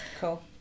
Cool